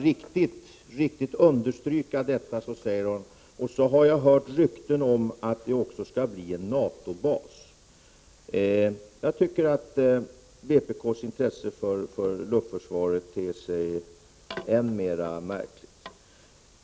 För att riktigt understryka detta säger hon att hon har hört rykten om att det också skall bli fråga om en NATO-bas. Vpk:s intresse för luftförsvaret ter sig enligt min mening än mera märkligt.